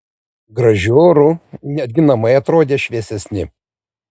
gražiu oru netgi namai atrodė šviesesni